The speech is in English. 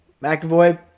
McAvoy